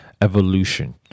evolution